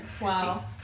wow